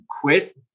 quit